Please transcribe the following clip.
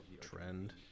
trend